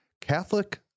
Catholic